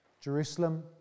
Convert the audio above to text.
Jerusalem